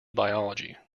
biology